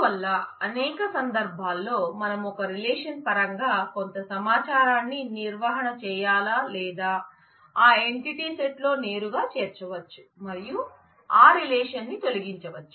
అందువల్ల అనేక సందర్భాల్లో మనం ఒక రిలేషన్ పరంగా కొంత సమాచారాన్ని నిర్వహణ చేయాలా లేదా ఆ ఎంటిటీ సెట్ లో నేరుగా చేర్చవచ్చు మరియు ఆ రిలేషన్న్ని తొలగించవచ్చు